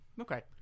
Okay